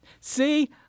see